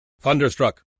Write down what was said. Thunderstruck